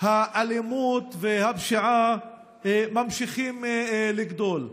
והאלימות והפשיעה ממשיכות לגדול.